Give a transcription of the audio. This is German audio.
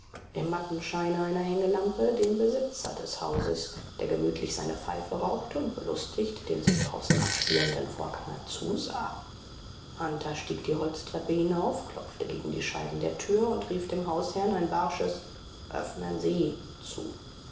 im matten scheine einer hängelampe den besitzer des hauses der gemütlich seine pfeife rauchte und belustigt dem sich draußen abspielenden vorgange zusah hunter stieg die holztreppe hinauf klopfte gegen die scheiben der tür und rief dem hausherrn ein barsches öffnen sie zu